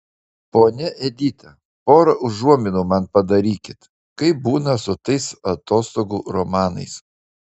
ponia edita pora užuominų man padarykit kaip būna su tais atostogų romanais